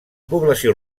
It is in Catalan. població